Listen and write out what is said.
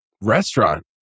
Restaurant